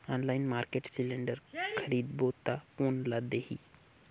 Online market cylinder खरीदबो ता कोन ला देही?